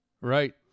Right